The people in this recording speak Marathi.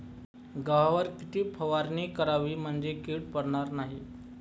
गव्हावर कोणती फवारणी करावी म्हणजे कीड पडणार नाही?